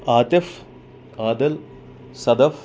Atif Adil Sadaf